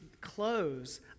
clothes